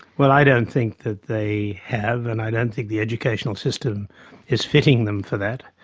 well, i don't think that they have and i don't think the educational system is fitting them for that.